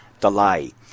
delay